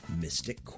Mystic